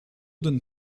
d’une